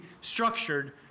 structured